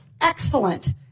Excellent